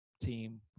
team